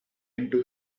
into